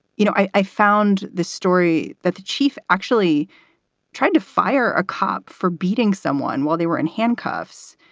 you know, i i found this story that the chief actually tried to fire a cop for beating someone while they were in handcuffs.